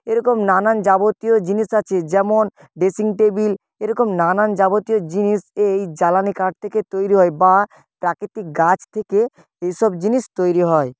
এরকম নানান যাবতীয় জিনিস আছে যেমন ডেসিং টেবিল এরকম নানান যাবতীয় জিনিস এই জ্বালানি কাঠ থেকে তৈরি হয় বা প্রাকৃতিক গাছ থেকে এইসব জিনিস তৈরি হয়